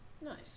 Nice